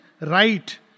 right